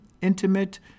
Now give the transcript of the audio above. intimate